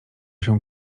się